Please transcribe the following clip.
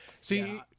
see